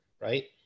right